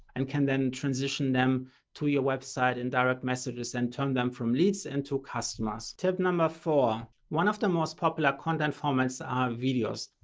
and can then transition them to your website and direct messages and turn them from leads and into customers. tip number four, one of the most popular content formats are videos.